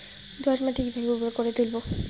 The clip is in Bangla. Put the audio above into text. দোয়াস মাটি কিভাবে উর্বর করে তুলবো?